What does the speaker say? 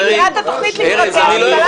אני מכירה את התוכנית לפרטים והתעלמתי ממנה.